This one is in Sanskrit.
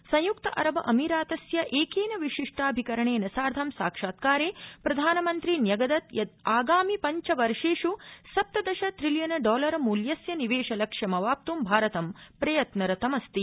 संयुक्त अरब अमीरातस्य एकेन विशिष्टाभिकरणेन साधं साक्षात्कोरे प्रधानमन्त्री न्यगदत् यत् आगामि पञ्चवर्षेष् सप्तदश त्रिलियन डॉलर मूल्यस्य निवेश लक्ष्यमवाप्त् भारतं प्रयत्नरतमस्ति